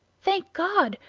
thank god!